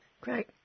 Great